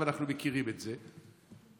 ואנחנו מכירים את זה,